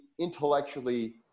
intellectually